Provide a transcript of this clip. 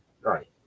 right